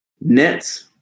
Nets